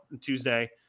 Tuesday